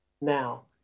now